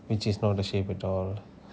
which is not a shape at all